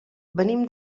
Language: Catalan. venim